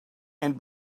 and